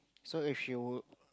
so if you